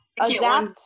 adapt